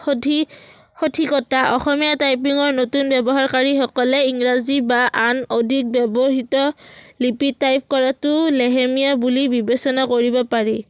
সঠিক সঠিকতা অসমীয়া টাইপিঙৰ নতুন ব্যৱহাৰকাৰীসকলে ইংৰাজী বা আন অধিক ব্যৱহৃত লিপিত টাইপ কৰাটো লেহেমীয়া বুলি বিবেচনা কৰিব পাৰি